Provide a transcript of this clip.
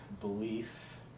belief